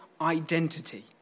identity